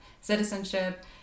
citizenship